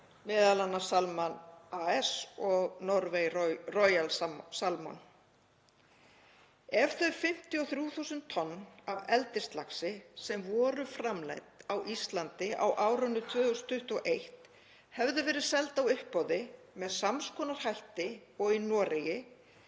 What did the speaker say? m.a. SalMar ASA og Norway Royal Salmon. Ef þau 53.000 tonn af eldislaxi sem voru framleidd á Íslandi á árinu 2021 hefðu verið seld á uppboði með sams konar hætti og í Noregi